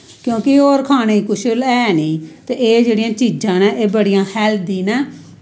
कर्योंकि होर कुछ खाने है नी ते एह् जेह्ड़ियां चीजां नै एह् बड़ियां हैल्दी नै